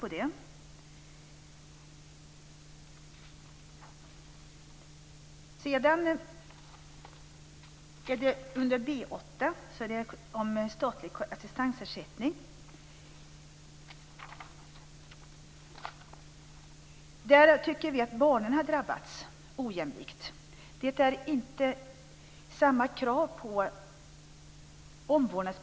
Avsnittet B8 handlar om statlig assistansersättning. Vi tycker att barnen har drabbats ojämlikt. Det är inte samma krav när det gäller behov av omvårdnad.